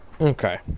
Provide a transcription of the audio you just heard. Okay